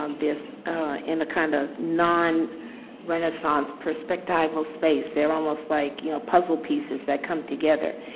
um this in a kind of non renaissance perspectival space, they're almost like you know, puzzle pieces that come together.